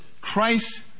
Christ